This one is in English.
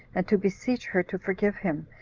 and to beseech her to forgive him,